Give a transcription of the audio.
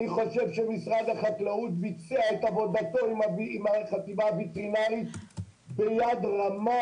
אני חושב שמשרד החקלאות ביצע את עבודתו עם החטיבה הווטרינרית ביד רמה.